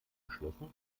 geschlossen